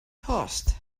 post